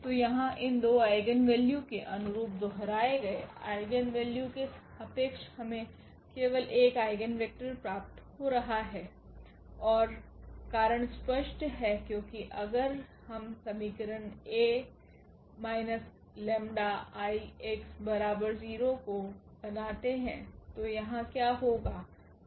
तो यहाँ इन 2 आइगेन वैल्यू के अनुरूप दोहराये गए आइगेन वैल्यू के सापेक्ष हमे केवल 1 आइगेन वेक्टर प्राप्त हो रहा हैं और कारण स्पष्ट है क्योंकि अगर हम समीकरण A minus lambda 𝜆 I x बराबर 0 को बनाते हैं तो यहाँ क्या होगा